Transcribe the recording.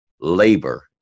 labor